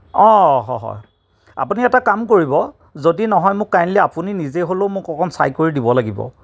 অ' হয় হয় আপুনি এটা কাম কৰিব যদি নহয় মোক কাইণ্ডলি আপুনি নিজেই হ'লেও মোক অকণ চাই কৰি দিব লাগিব